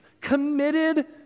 committed